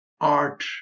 art